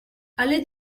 allée